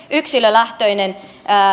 yksilölähtöiset